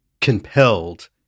compelled